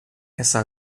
essa